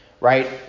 right